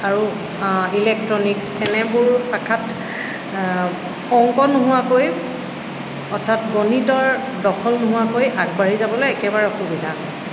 আৰু ইলেক্ট্ৰনিক্চ এনেবোৰ শাখাত অংক নোহোৱাকৈ অৰ্থাৎ গণিতৰ দখল নোহোৱালৈ আগবাঢ়ি যাবলৈ একেবাৰে অসুবিধা